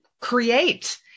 create